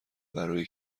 برای